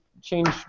change